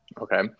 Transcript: okay